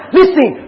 listen